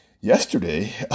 yesterday